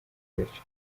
gace